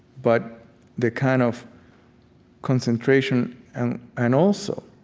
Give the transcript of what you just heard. but the kind of concentration and and also